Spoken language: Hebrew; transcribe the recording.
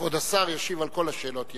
כבוד השר ישיב על כל השאלות יחד.